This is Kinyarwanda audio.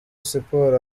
siporo